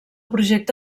projecte